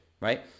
right